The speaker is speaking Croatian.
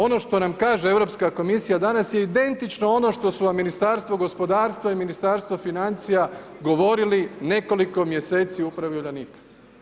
Ono što nam kaže Europska komisija danas je identično ono što su vam Ministarstvo gospodarstva i Ministarstvo financija govorili nekoliko mjeseci upravi Uljanika.